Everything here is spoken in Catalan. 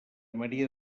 maria